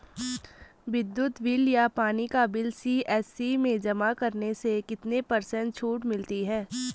विद्युत बिल या पानी का बिल सी.एस.सी में जमा करने से कितने पर्सेंट छूट मिलती है?